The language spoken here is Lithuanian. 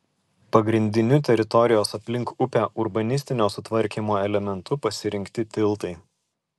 pagrindiniu teritorijos aplink upę urbanistinio sutvarkymo elementu pasirinkti tiltai